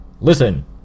Listen